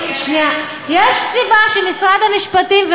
יש סיבה שמשרד המשפטים,